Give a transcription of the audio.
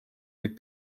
võib